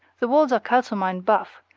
the walls are kalsomined buff,